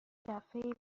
دفعه